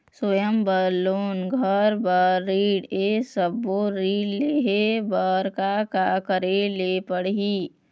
स्वयं बर लोन, घर बर ऋण, ये सब्बो ऋण लहे बर का का करे ले पड़ही?